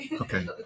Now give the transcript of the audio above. Okay